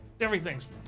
everything's